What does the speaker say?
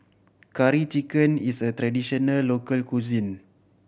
Curry Chicken is a traditional local cuisine